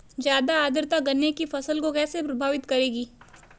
ज़्यादा आर्द्रता गन्ने की फसल को कैसे प्रभावित करेगी?